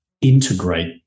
integrate